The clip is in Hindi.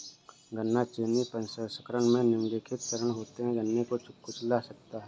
गन्ना चीनी प्रसंस्करण में निम्नलिखित चरण होते है गन्ने को कुचला जाता है